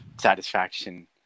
satisfaction